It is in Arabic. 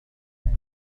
هناك